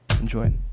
Enjoy